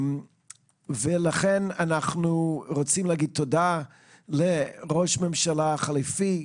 אנחנו רוצים להגיד תודה לראש הממשלה החליפי,